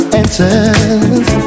answers